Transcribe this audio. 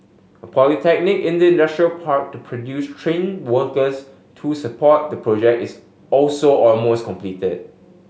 a polytechnic in the industrial park to produce trained workers to support the project is also almost completed